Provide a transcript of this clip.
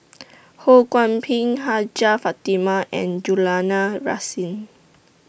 Ho Kwon Ping Hajjah Fatimah and Julana Rasin